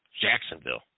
Jacksonville